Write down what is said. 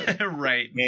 right